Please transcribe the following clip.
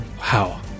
Wow